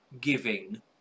giving